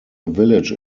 village